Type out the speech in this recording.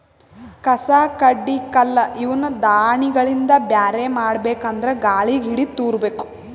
ಕಡ್ಡಿ ಕಸ ಕಲ್ಲ್ ಇವನ್ನ ದಾಣಿಗಳಿಂದ ಬ್ಯಾರೆ ಮಾಡ್ಬೇಕ್ ಅಂದ್ರ ಗಾಳಿಗ್ ಹಿಡದು ತೂರಬೇಕು